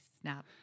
Snap